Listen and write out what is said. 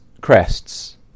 crests